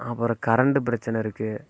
அப்புறம் கரண்டு பிரச்சனை இருக்குது